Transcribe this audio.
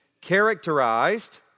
Characterized